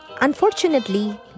unfortunately